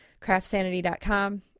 craftsanity.com